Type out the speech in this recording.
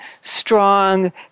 strong